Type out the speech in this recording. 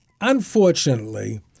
unfortunately